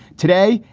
today,